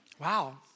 Wow